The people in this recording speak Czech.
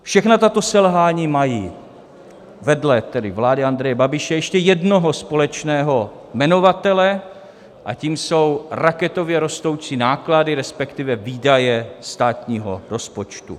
Všechna tato selhání mají vedle tedy vlády Andreje Babiše jednoho společného jmenovatele a tím jsou raketově rostoucí náklady, respektive výdaje státního rozpočtu.